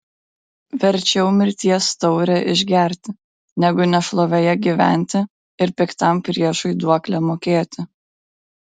verčiau mirties taurę išgerti negu nešlovėje gyventi ir piktam priešui duoklę mokėti